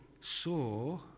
saw